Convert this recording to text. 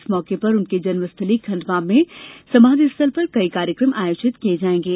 इस मौके पर उनकी जन्म स्थली खंडवा में उनकी समाधी स्थल पर कई कार्यकम आयोजित किये जाएंगे